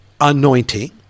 anointing